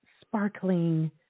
sparkling